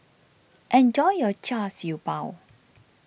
enjoy your Char Siew Bao